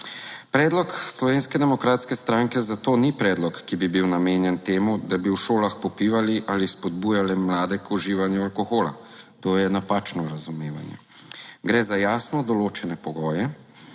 Predlog Slovenske demokratske stranke zato ni predlog, ki bi bil namenjen temu, da bi v šolah popivali ali spodbujali mlade k uživanju alkohola. To je napačno razumevanje. Gre za jasno določene pogoje.